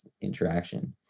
interaction